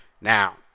Now